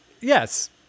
yes